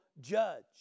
judge